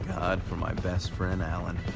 god for my best friend, allen